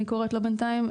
אני קוראת לו בינתיים,